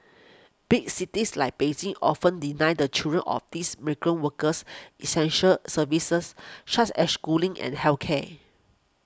big cities like Beijing often deny the children of these migrant workers essential services such as schooling and health care